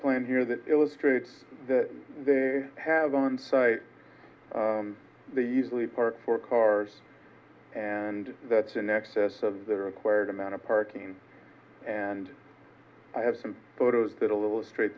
plan here that illustrates that they have on site the easily park for cars and that's in excess of the required amount of parking and i have some photos that a little straight